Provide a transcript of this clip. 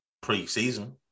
pre-season